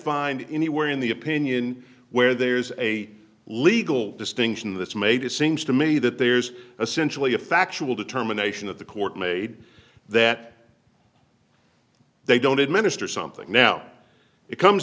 find anywhere in the opinion where there's a legal distinction that's made it seems to me that there's a sensually a factual determination that the court made that they don't administer something now it comes